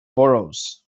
boroughs